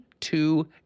two